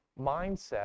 mindset